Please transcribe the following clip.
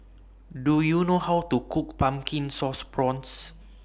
Do YOU know How to Cook Pumpkin Sauce Prawns